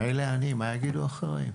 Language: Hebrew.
מילא אני, מה יגידו אחרים?